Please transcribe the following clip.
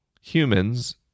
Humans